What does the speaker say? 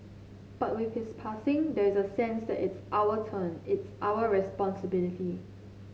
but with his passing there's a sense that it's our turn it's our responsibility